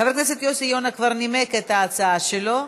חבר הכנסת יוסי יונה כבר נימק את ההצעה שלו.